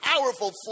powerful